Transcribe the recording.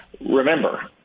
Remember